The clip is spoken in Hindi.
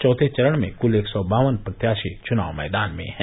चौथे चरण में कुल एक सौ बावन प्रत्याशी चुनाव मैदान में हैं